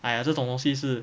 !aiya! 这种东西是